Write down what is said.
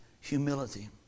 humility